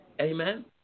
Amen